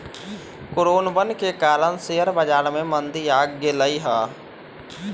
कोरोनवन के कारण शेयर बाजार में मंदी आ गईले है